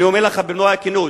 אני אומר לך במלוא הכנות.